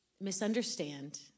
misunderstand